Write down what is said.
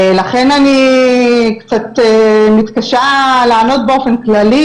לכן אני קצת מתקשה לענות באופן כללי,